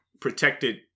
protected